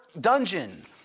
dungeon